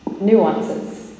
nuances